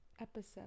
episode